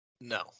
No